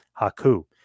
Haku